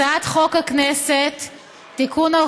הצעת חוק הכנסת (תיקון,